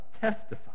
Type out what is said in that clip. testify